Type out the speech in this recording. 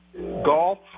golf